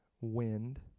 wind